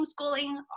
homeschooling